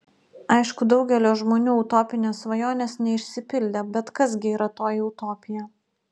aišku daugelio žmonių utopinės svajonės neišsipildė bet kas gi yra toji utopija